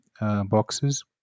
boxes